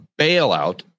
bailout